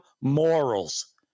morals